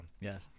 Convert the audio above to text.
Yes